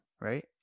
right